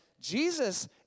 Jesus